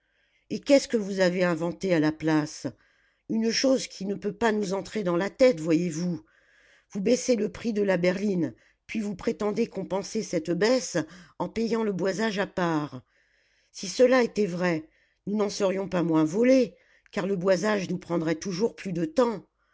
et qu'est-ce que vous avez inventé à la place une chose qui ne peut pas nous entrer dans la tête voyez-vous vous baissez le prix de la berline puis vous prétendez compenser cette baisse en payant le boisage à part si cela était vrai nous n'en serions pas moins volés car le boisage nous prendrait toujours plus de temps